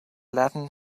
latin